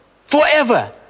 forever